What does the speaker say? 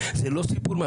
זה לא סיפור,